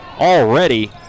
Already